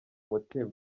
mutima